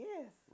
Yes